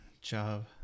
job